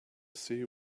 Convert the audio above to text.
see